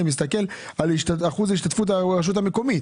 אני מסתכל על אחוז ההשתתפות של הרשות המקומית